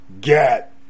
get